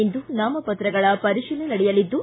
ಇಂದು ನಾಮಪತ್ರಗಳ ಪರಿಶೀಲನೆ ನಡೆಯಲಿದ್ದು